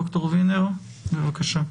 דוקטור וינר, בבקשה.